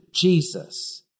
Jesus